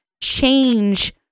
change